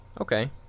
Okay